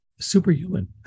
superhuman